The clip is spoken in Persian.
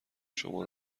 شما